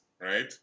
right